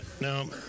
Now